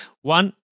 One